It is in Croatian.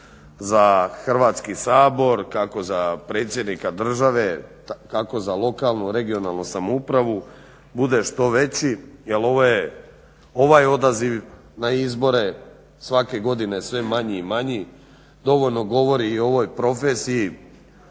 za Hrvatski sabor, kako za predsjednika države, kako za lokalnu regionalnu samoupravu bude što veći jer ovaj odaziv na izbor svake godine sve manji i manji dovoljno govori i o ovoj profesiji,